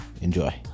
Enjoy